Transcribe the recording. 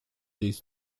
these